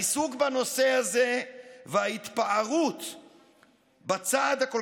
העיסוק בנושא הזה וההתפארות בצעד השולי